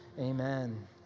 amen